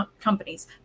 companies